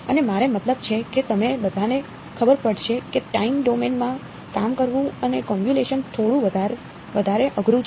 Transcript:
અને મારો મતલબ છે કે તમે બધાને ખબર પડશે કે ટાઇમ ડોમેન માં કામ કરવું અને કોન્વ્યુલેશન થોડું વધારે અઘરું છે